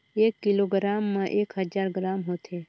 एक किलोग्राम म एक हजार ग्राम होथे